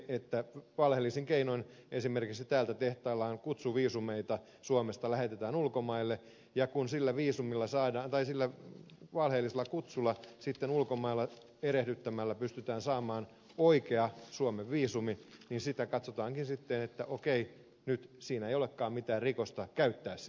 kun valheellisin keinoin esimerkiksi täältä tehtaillaan kutsuviisumeita suomesta lähetetään ulkomaille ja kun sillä valheellisella kutsulla sitten ulkomailla erehdyttämällä pystytään saamaan oikea suomen viisumi niin sitä katsotaankin sitten että okei nyt siinä ei olekaan mitään rikosta käyttää sitä